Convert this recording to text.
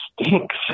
stinks